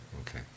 okay